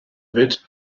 bit